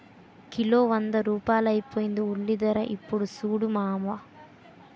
kilo వంద రూపాయలైపోయింది ఉల్లిధర యిప్పుడు సూడు మావా